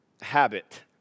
habit